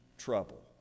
trouble